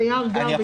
חשבתי